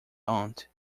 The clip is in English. aunt